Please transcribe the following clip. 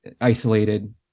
isolated